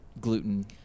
gluten